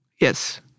Yes